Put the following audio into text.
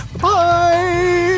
Bye